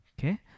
Okay